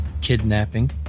kidnapping